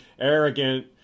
arrogant